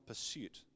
pursuit